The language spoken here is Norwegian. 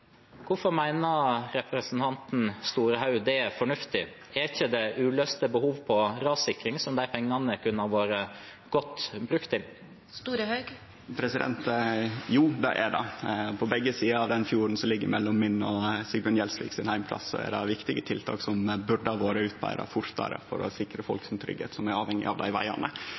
representanten Storehaug at det er fornuftig? Er det ikke uløste behov for rassikring som de pengene godt kunne vært brukt til? Jo, det er det, på begge sider av den fjorden som ligg mellom min og Sigbjørn Gjelsvik sin heimplass, er det viktige tiltak som burde ha vore sett i verk fortare for å sikre tryggleiken for folk som er avhengige av dei vegane.